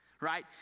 right